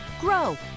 grow